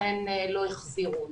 לכן לא החזירו אותם.